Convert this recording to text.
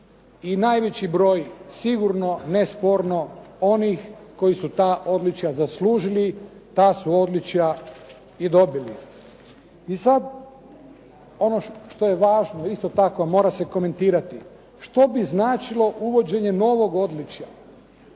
i najveći broj sigurno nesporno onih koji su ta odličja zaslužili, ta su odličja i dobili. I sad ono što je važno isto tako mora se komentirati. Što bi značilo uvođenje novog odličja